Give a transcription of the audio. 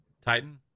Titan